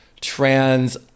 trans